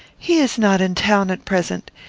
he is not in town at present.